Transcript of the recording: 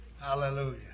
Hallelujah